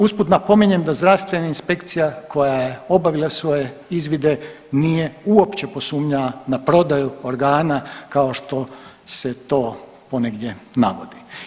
Usput napominjem da zdravstvena inspekcija koja je obavila svoje izvide nije uopće posumnjala na prodaju organa kao što se to ponegdje navodi.